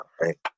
right